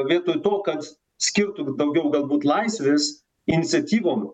vietoj to kad skirtų daugiau galbūt laisvės iniciatyvom